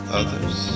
others